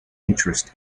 interest